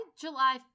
July